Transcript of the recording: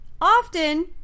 often